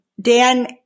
Dan